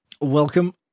welcome